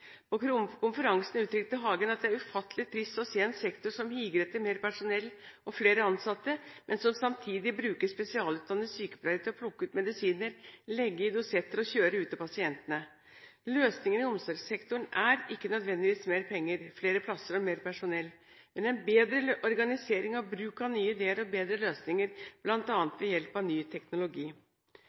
velferdsteknologi. På konferansen uttrykte Hagen at det er ufattelig trist å se en sektor som higer etter mer personell og flere ansatte, men som samtidig bruker spesialutdannede sykepleiere til å plukke ut medisiner, legge i dosetter og kjøre ut til pasientene. Løsningene i omsorgssektoren er ikke nødvendigvis mer penger, flere plasser og mer personell, men en bedre organisering, bruk av nye ideer og bedre løsninger, bl.a. ved hjelp av ny teknologi.